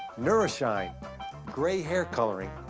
neuroshine gray hair coloring,